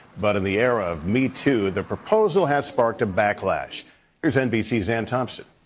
but in the era of me too the proposal has sparked a backlash. here is nbc's ann thompson.